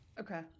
Okay